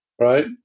right